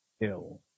ill